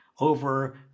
over